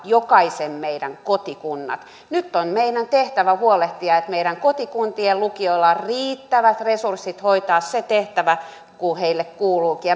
jokaisen meidän kotikunnat nyt on meidän tehtävämme huolehtia että meidän kotikuntien lukioilla on riittävät resurssit hoitaa se tehtävä joka niille kuuluukin